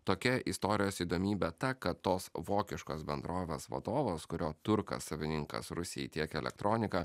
tokia istorijos įdomybė ta kad tos vokiškos bendrovės vadovas kurio turkas savininkas rusijai tiekia elektroniką